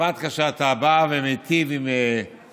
בפרט כאשר אתה בא ומיטיב עם חלשים,